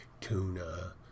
tuna